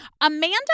Amanda